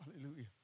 Hallelujah